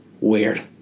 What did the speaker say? weird